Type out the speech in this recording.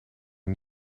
een